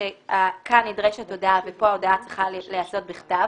כאן נדרשת הודעה ופה ההודעה צריכה להיעשות בכתב,